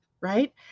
Right